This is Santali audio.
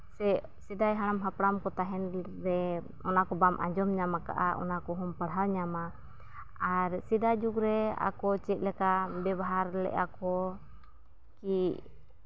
ᱥᱮ ᱥᱮᱫᱟᱭ ᱦᱟᱲᱟᱢᱼᱦᱟᱯᱲᱟᱢ ᱠᱚ ᱛᱟᱦᱮᱱ ᱨᱮ ᱚᱱᱟ ᱠᱚ ᱵᱟᱢ ᱟᱸᱡᱚᱢ ᱧᱟᱢ ᱠᱟᱜᱼᱟ ᱚᱱᱟ ᱠᱚᱦᱚᱢ ᱯᱟᱲᱦᱟᱣ ᱧᱟᱢᱟ ᱟᱨ ᱥᱮᱫᱟᱭ ᱡᱩᱜᱽ ᱨᱮ ᱟᱠᱚ ᱪᱮᱫᱞᱮᱠᱟ ᱵᱮᱵᱷᱟᱨ ᱞᱮᱜᱼᱟ ᱠᱚ ᱠᱤ